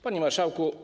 Panie Marszałku!